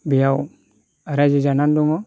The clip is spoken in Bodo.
बेयाव रायजो जानानै दङ